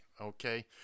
okay